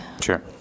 Sure